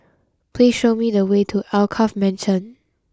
please show me the way to Alkaff Mansion